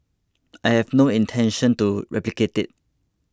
I have no intention to replicate it